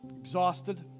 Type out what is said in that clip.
Exhausted